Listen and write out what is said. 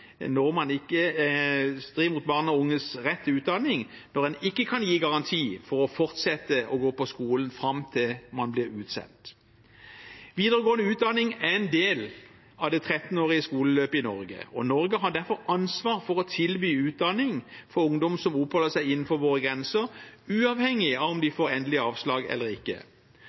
når en ikke kan gi garanti for at man kan fortsette å gå på skolen fram til man blir utsendt. Videregående utdanning er en del av det trettenårige skoleløpet i Norge, og Norge har derfor ansvar for å tilby utdanning til ungdom som oppholder seg innenfor våre grenser, uavhengig av om de får endelig avslag eller ikke.